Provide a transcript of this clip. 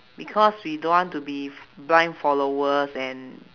because we don't want to be f~ blind followers and